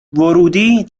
ورودی